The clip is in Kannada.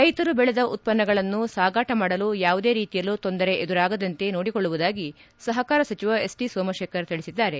ರೈತರು ಬೆಳೆದ ಉತ್ತನ್ನಗಳನ್ನು ಸಾಗಾಟ ಮಾಡಲು ಯಾವುದೇ ರೀತಿಯಲ್ಲೂ ತೊಂದರೆ ಎದುರಾಗದಂತೆ ನೋಡಿಕೊಳ್ಳುವುದಾಗಿ ಸಹಕಾರ ಸಚಿವ ಎಸ್ ಟಿ ಸೋಮಶೇಖರ್ ತಿಳಿಸಿದ್ದಾರೆ